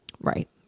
Right